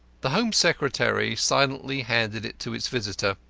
the home secretary silently handed it to his visitor.